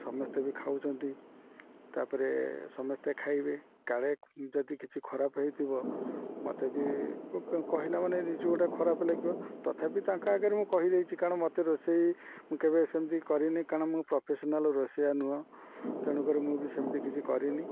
ସମସ୍ତେ ବି ଖାଉଛନ୍ତି ତା'ପରେ ସମସ୍ତେ ଖାଇବେ କାଳେ ଯଦି କିଛି ଖରାପ ହେଇଥିବ ମୋତେ ବି କହିଲା ମାନେ ନିଜକୁ ଗୋଟେ ଖରାପ ଲାଗିବ ତଥାପି ତାଙ୍କ ଆଗରେ ମୁଁ କହିଦେଇଛି କାରଣ ମୋତେ ରୋଷେଇ ମୁଁ କେବେ ସେମିତି କରିନି କାରଣ ମୁଁ ପ୍ରଫେସନାଲ୍ ରୋଷେଇଆ ନୁହଁ ତେଣୁକରି ମୁଁ ବି ସେମ୍ତି କିଛି କରିନି